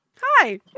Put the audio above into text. Hi